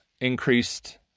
increased